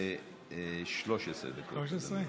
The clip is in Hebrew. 13 דקות.